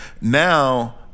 now